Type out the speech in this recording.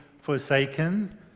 forsaken